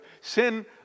sin